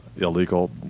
illegal